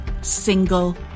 single